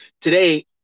today